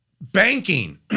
Banking